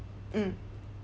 mm